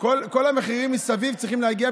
כל המחירים מסביב צריכים להגיע,